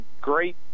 great